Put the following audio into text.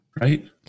Right